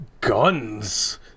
guns